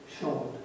short